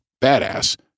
badass